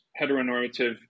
heteronormative